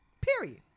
period